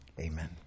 Amen